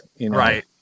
Right